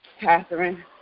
Catherine